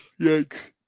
Yikes